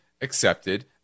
accepted